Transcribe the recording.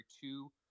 two